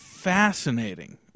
fascinating